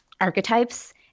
archetypes